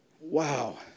Wow